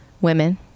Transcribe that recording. women